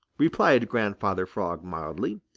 replied grandfather frog mildly.